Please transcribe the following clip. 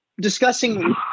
discussing